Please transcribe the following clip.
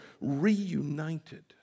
reunited